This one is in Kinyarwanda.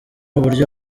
uburyo